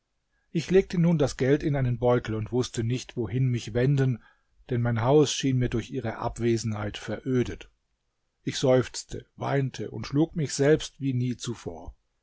ich legte nun das geld in einen beutel und wußte nicht wohin mich wenden denn mein haus schien mir durch ihre abwesenheit verödet ich seufzte weinte und schlug mich selbst wie nie zuvor